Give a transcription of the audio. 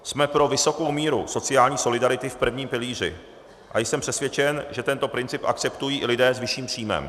Jsme pro vysokou míru sociální solidarity v prvním pilíři a jsem přesvědčen, že tento princip akceptují i lidé s vyšším příjmem.